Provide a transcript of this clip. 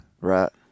Right